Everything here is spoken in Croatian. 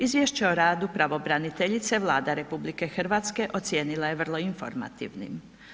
Izvješće o radu pravobraniteljice Vlada RH ocijenila je vrlo informativnim.